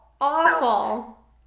awful